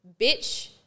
bitch